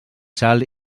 sal